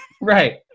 Right